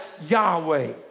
Yahweh